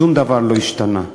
שום דבר לא השתנה.